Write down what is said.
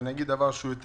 ואני אגיד יותר מזה,